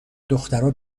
دخترها